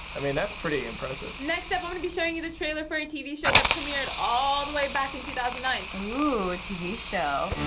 i mean, that's pretty impressive. next up, i'm gonna be showing you the trailer for a tv show that premiered all the way back in two thousand and nine. ooh, a tv show.